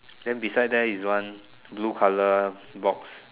then beside there is one blue colour box